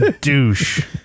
douche